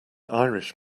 irish